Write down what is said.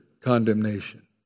condemnation